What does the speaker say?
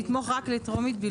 לתמוך רק לטרומית בלבד.